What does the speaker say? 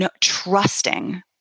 trusting